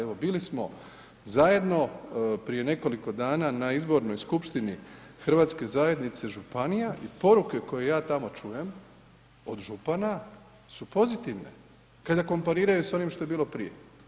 Evo bili smo zajedno prije nekoliko dana na izbornoj skupštini Hrvatske zajednice županija i poruke koje ja tamo čujem od župana su pozitivne kada kompariraju s onim što je bilo prije.